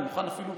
אני מוכן אפילו,